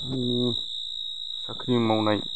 आङो साख्रि मावनाय